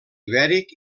ibèric